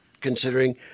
considering